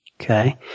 okay